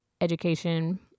education